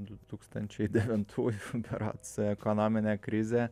du tūkstančiai devintų berods ekonominė krizė